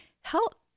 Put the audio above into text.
help